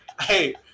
hey